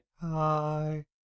Hi